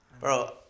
Bro